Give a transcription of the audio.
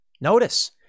Notice